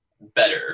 better